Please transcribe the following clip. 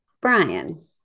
Brian